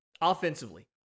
offensively